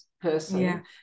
person